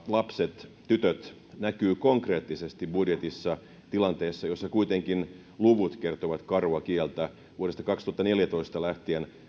lapset tytöt näkyy konkreettisesti budjetissa tilanteessa jossa kuitenkin luvut kertovat karua kieltä vuodesta kaksituhattaneljätoista lähtien